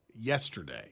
yesterday